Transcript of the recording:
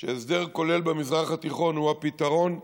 שהסדר כולל במזרח התיכון הוא הפתרון,